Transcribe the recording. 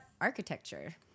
architecture